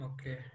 Okay